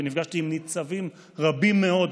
ונפגשתי עם ניצבים רבים מאוד,